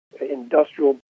industrial